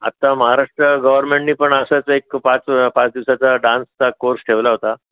आत्ता महाराष्ट्र गव्हर्मेंटनी पण असाच एक पाच पाच दिवसाचा डान्सचा कोर्स ठेवला होता